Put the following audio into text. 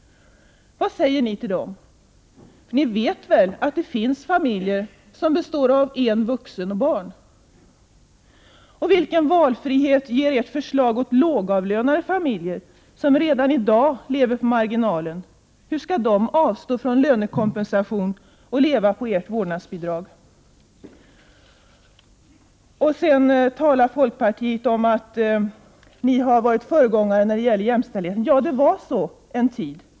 Vad säger ni till dem? Ni vet väl att det finns familjer som består av en vuxen person och barn? Vilken valfrihet ger ert förslag till lågavlönade familjer som redan i dag lever på marginalen? Hur skall de kunna avstå från lönekompensation och leva på ert vårdnadsbidrag? Folkpartiet talar om att man har varit föregångare vad gäller jämställdheten. Ja, det var så under en tid.